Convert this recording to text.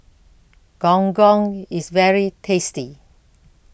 Gong Gong IS very tasty